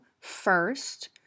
first